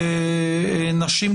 נשים,